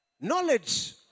Knowledge